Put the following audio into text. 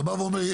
ואני אומר לך,